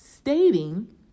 stating